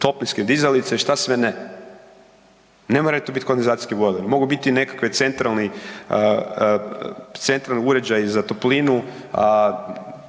toplinske dizalice, što sve ne. Ne mora to biti kondenzacijski bojler, mogu biti nekakvi centralni uređaji za toplinu